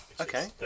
okay